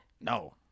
No